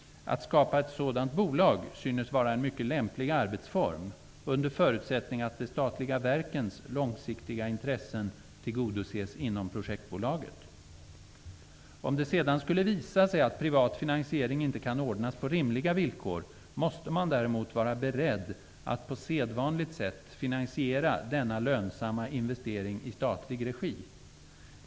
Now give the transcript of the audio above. Att skapa ett sådant bolag synes vara en mycket lämplig arbetsform, under förutsättning att de statliga verkens långsiktiga intressen tillgodoses inom projektbolaget. Om det sedan skulle visa sig att privat finansiering inte kan ordnas på rimliga villkor måste man däremot vara beredd att på sedvanligt sätt finansiera denna lönsamma investering i statlig regi.